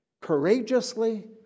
courageously